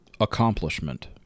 accomplishment